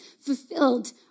fulfilled